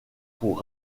pour